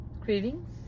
cravings